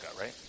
right